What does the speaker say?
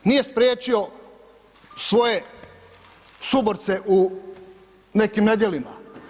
Nije spriječio svoje suborce u nekim nedjelima.